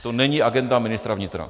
To není agenda ministra vnitra.